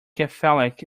catholic